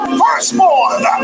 firstborn